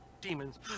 demons